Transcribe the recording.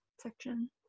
section